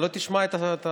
אתה לא תשמע את זה.